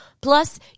Plus